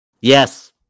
Yes